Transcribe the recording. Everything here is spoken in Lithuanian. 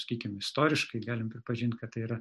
sakykim istoriškai galim pripažint kad tai yra